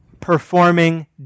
performing